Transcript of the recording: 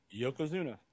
Yokozuna